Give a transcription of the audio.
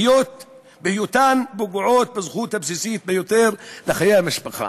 בהיותן פוגעות בזכות הבסיסית ביותר לחיי המשפחה.